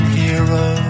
hero